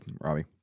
Robbie